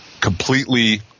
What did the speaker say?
completely